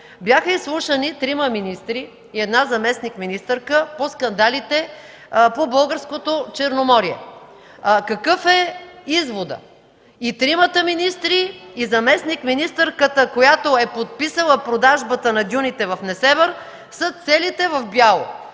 Бяха изслушани трима министри и една заместник-министърка по скандалите по българското Черноморие. Какъв е изводът? И тримата министри и заместник-министърката, която е подписала продажбата на дюните в Несебър, са целите в бяло.